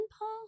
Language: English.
Paul